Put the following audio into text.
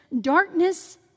darkness